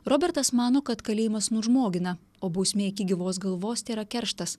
robertas mano kad kalėjimas nužmogina o bausmė iki gyvos galvos tėra kerštas